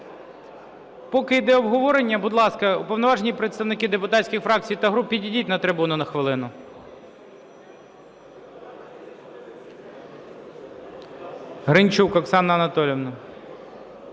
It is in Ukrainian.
Поки йде обговорення, будь ласка, уповноважені представники депутатських фракцій та груп, підійдіть на трибуну на хвилину. Гринчук Оксана Анатоліївна.